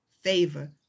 favor